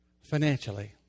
financially